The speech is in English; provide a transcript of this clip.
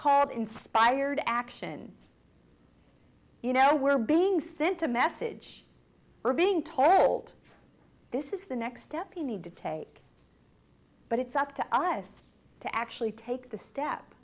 called inspired action you know we're being sent a message we're being told this is the next step you need to take but it's up to us to actually take the step